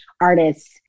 artists